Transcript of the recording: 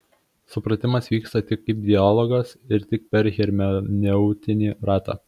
supratimas vyksta tik kaip dialogas ir tik per hermeneutinį ratą